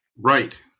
Right